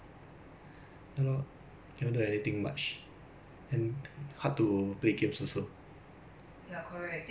ya correct then 我觉得 like physical camp 会比较好 because then you can engage your cam~ err campers mah